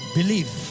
Believe